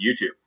YouTube